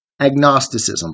agnosticism